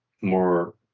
more